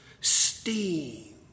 steam